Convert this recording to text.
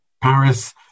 Paris